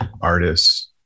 artists